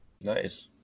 Nice